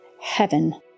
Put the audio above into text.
Heaven